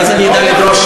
כי אז אני אדע לדרוש,